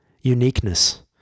uniqueness